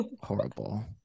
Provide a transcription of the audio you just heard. Horrible